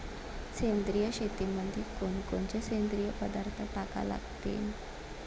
सेंद्रिय शेतीमंदी कोनकोनचे सेंद्रिय पदार्थ टाका लागतीन?